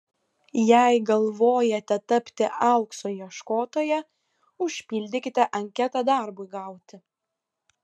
jei galvojate tapti aukso ieškotoja užpildykite anketą darbui gauti